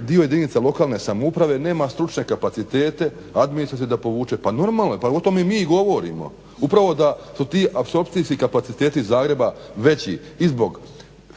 dio jedinica lokalne samouprave nema stručne kapacitete, administrativne da povuče. Pa normalno, pa o tome i mi govorimo, upravo da su ti apsorpcijski kapaciteti Zagreba veći